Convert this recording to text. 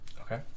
Okay